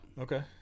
Okay